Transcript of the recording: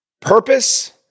purpose